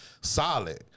solid